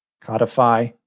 codify